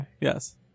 yes